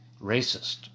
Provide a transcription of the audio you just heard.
racist